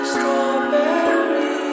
Strawberry